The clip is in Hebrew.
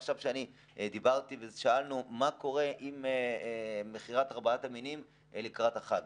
עכשיו שאני דיברתי ושאלנו: מה קורה עם מכירת ארבעת המינים לקראת החג?